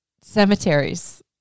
cemeteries